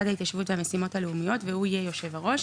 ההתיישבות והמשימות הלאומיות והוא יהיה יושב הראש.